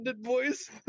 voice